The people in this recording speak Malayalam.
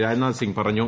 രാജ്നാഥ് സിംഗ് പറഞ്ഞു